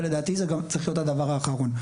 ולדעתי זה גם צריך להיות הדבר האחרון.